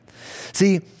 See